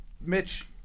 Mitch